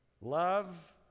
Love